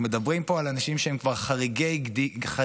אנחנו מדברים פה על אנשים שהם חריגי גיל.